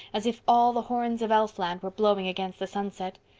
as if all the horns of elfland were blowing against the sunset.